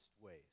ways